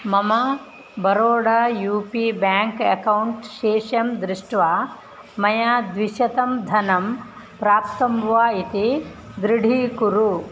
मम Baroda U P bank account शेषं दृष्ट्वा मया द्वि शतं धनं प्राप्तं वा इति दृढीकुरु